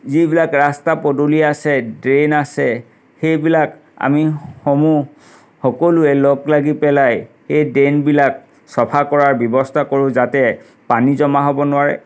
যিবিলাক ৰাস্তা পদূলি আছে ড্ৰেইন আছে সেইবিলাক আমি সমূহ সকলোৱে লগ লাগি পেলাই সেই ড্ৰেইনবিলাক চফা কৰাৰ ব্যৱস্থা কৰোঁ যাতে পানী জমা হ'ব নোৱাৰে